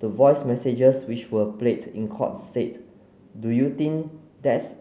the voice messages which were played in court said do you think that's